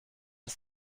ist